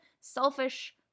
selfish